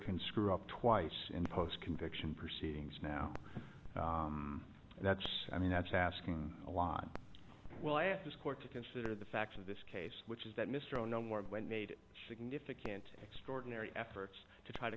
can screw up twice in post conviction proceedings now and that's i mean that's asking a lot well at this court to consider the facts of this case which is that mr ono more of went made significant extraordinary efforts to try to